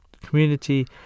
community